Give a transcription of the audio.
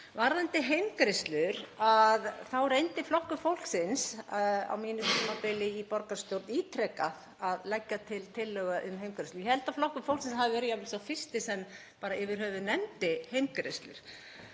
Varðandi heimgreiðslur þá reyndi Flokkur fólksins á mínu tímabili í borgarstjórn ítrekað að leggja til tillögu um heimgreiðslur. Ég held að Flokkur fólksins hafi verið jafnvel sá fyrsti sem bara yfir höfuð nefndi heimgreiðslur,